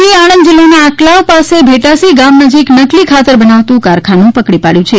જીએ આણંદ જિલ્લાના આક્લાવ પાસે ભેટાસી ગામ નજીક નકલી ખાતર બનાવાતું કારખાનું પકડી પાડ્યું છે